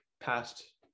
past